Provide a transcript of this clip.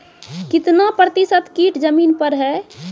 कितना प्रतिसत कीट जमीन पर हैं?